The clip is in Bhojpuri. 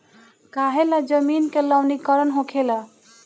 काहें ला जमीन के लवणीकरण होखेला